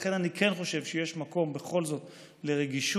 לכן אני כן חושב שיש מקום בכל זאת לרגישות